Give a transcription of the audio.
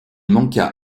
manqua